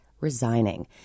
resigning